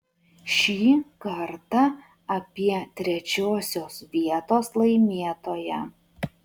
šį kartą apie trečiosios vietos laimėtoją